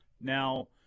Now